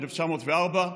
1904,